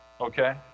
Okay